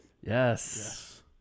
Yes